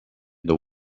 the